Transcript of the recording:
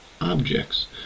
objects